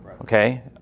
Okay